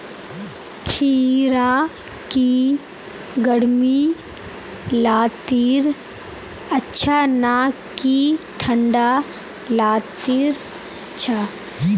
खीरा की गर्मी लात्तिर अच्छा ना की ठंडा लात्तिर अच्छा?